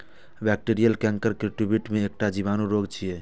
bacterial canker kiwifruit के एकटा जीवाणु रोग छियै